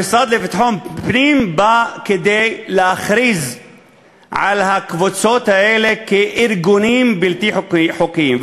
המשרד לביטחון פנים בא להכריז על הקבוצות האלה כארגונים בלתי חוקיים.